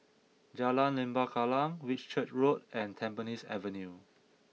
Jalan Lembah Kallang Whitchurch Road and Tampines Avenue